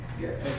Yes